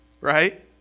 Right